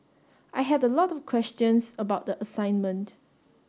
I had a lot of questions about the assignment